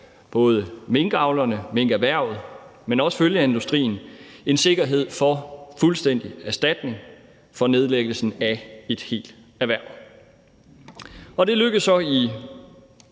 både minkavlerne, altså minkerhvervet, men også følgeindustrien en sikkerhed for fuldstændig erstatning for nedlæggelsen af et helt erhverv. Det lykkedes så i